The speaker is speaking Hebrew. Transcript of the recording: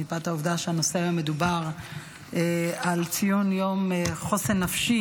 מפאת העובדה שהנושא המדובר הוא ציון יום חוסן נפשי